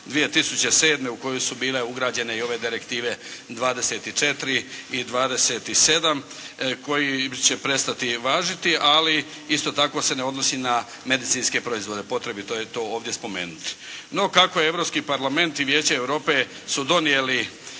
2007. u koji su bile ugrađene i ove direktive 24. i 27. koji će prestati važiti. Ali isto tako se ne odnosi na medicinske proizvode, potrebito je to ovdje spomenuti. No, kako je Europski parlament i Vijeće Europe su donijeli